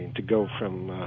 to go from